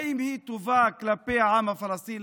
האם היא טובה כלפי העם הפלסטיני,